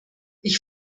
ich